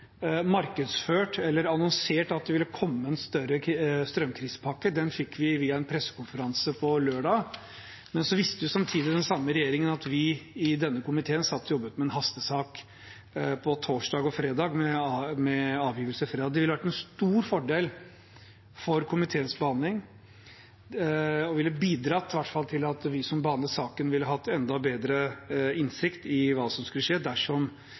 markedsført eller annonsert at det ville komme en større strømkrisepakke. Den fikk vi via en pressekonferanse på lørdag. Da visste samtidig regjeringen at vi i denne komiteen satt og jobbet med en hastesak på torsdag og fredag, med avgivelse fredag. Det ville vært en stor fordel for komiteens behandling – og det ville i hvert fall bidratt til at vi som behandlet saken, ville hatt enda bedre innsikt i hva som skulle skje – dersom